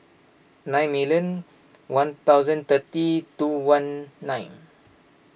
nine million one thousand thirty two one nine